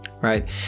Right